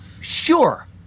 sure